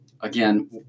again